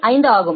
5 ஆகும்